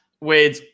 Wade